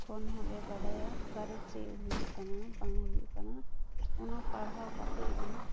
ᱠᱷᱚᱱ ᱦᱚᱸᱞᱮ ᱵᱟᱰᱟᱭᱟ ᱚᱠᱟᱨᱮ ᱪᱮᱫ ᱦᱩᱭᱩᱜ ᱠᱟᱱᱟ ᱵᱟᱝ ᱦᱩᱭᱩᱜ ᱠᱟᱱᱟ ᱚᱱᱟ ᱯᱟᱲᱦᱟᱣ ᱠᱟᱛᱮᱫ ᱜᱤ